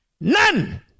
None